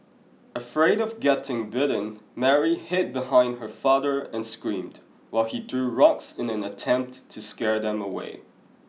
afraid of getting bitten Mary hid behind her father and screamed while he threw rocks in an attempt to scare them away